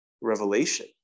revelation